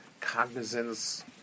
cognizance